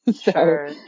Sure